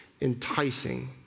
enticing